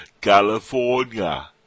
California